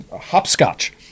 hopscotch